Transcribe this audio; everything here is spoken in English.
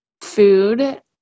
food